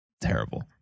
Terrible